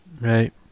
right